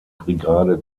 brigade